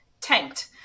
tanked